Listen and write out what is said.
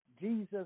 Jesus